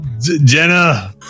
Jenna